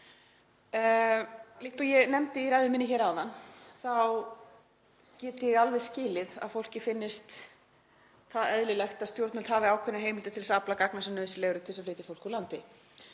Líkt og ég nefndi í ræðu minni hér áðan þá get ég alveg skilið að fólki finnist eðlilegt að stjórnvöld hafi ákveðnar heimildir til að afla gagna sem nauðsynleg eru til að flytja fólk úr landi.